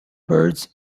birds